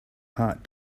heart